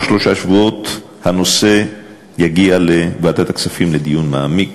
שלושה שבועות הנושא יגיע לוועדת הכספים לדיון מעמיק,